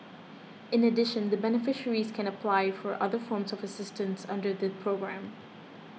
in addition the beneficiaries can apply for other forms of assistance under the programme